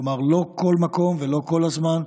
כלומר, לא בכל מקום ולא כל הזמן,